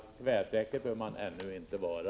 Tvärsäker bör man ännu inte vara.